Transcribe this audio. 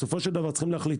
בסופו של דבר צריך להחליט,